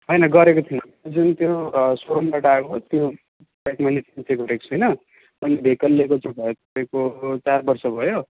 होइन गरेको छुइनँ जुन त्यो सो रुमबाट आएको त्यो बाहेक मैले चाहिँ गरेको छुइनँ त्यो अनि भेकल लिएको चाहिँ भयो तपाईको चार वर्ष भयो